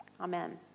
Amen